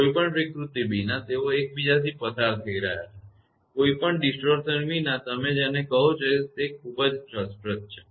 કોઈપણ વિકૃતિ વિના તેઓ એકબીજાથી પસાર થાય છે કોઈપણ વિકૃતિ વિના તમે જેને કહો છો તે ખૂબ જ રસપ્રદ છે